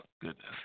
Goodness